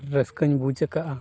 ᱨᱟᱹᱥᱠᱟᱹᱧ ᱵᱩᱡ ᱟᱠᱟᱫᱼᱟ